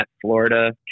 Florida